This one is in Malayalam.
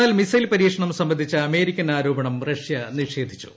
എന്നാ്ൽ മിസൈൽ പരീക്ഷണം സംബന്ധിച്ച അമേരിക്കൻ ആരോപ്ണം റഷ്യ നിഷേധിച്ചു